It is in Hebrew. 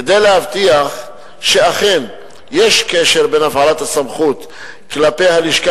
כדי להבטיח שאכן יש קשר בין הפעלת הסמכות כלפי הלשכה